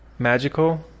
magical